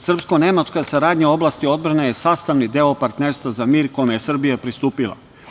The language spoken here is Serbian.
Srpsko-nemačka saradnja u oblasti odbrane je sastavni deo Partnerstva za mir kome je Srbija pristupila.